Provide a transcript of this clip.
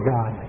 God